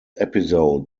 episode